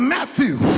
Matthew